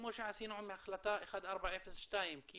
כמו שעשינו עם החלטה 1402. כי